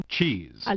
Cheese